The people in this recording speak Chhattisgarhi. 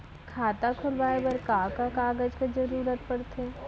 खाता खोलवाये बर का का कागज के जरूरत पड़थे?